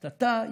אז אתה,